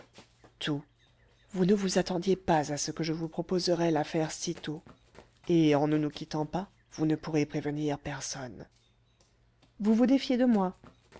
tout vous ne vous attendiez pas à ce que je vous proposerais l'affaire si tôt et en ne nous quittant pas vous ne pourrez prévenir personne vous vous défiez de moi